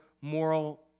moral